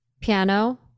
piano